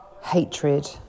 hatred